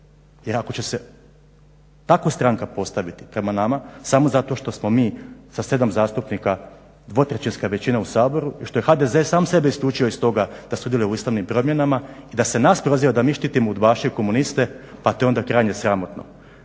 jer ako će se tako stranka postaviti prema nama samo zato što smo mi sa 7 zastupnika dvotrećinska većina u Saboru i što je HDZ sam sebe isključio iz toga da sudjeluje u ustavnim promjenama i da se nas proziva da mi štitimo udbaše i komuniste, pa to je onda krajnje sramotno.